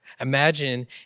Imagine